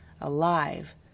alive